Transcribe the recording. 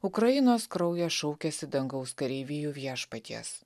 ukrainos kraujas šaukiasi dangaus kareivijų viešpaties